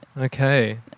Okay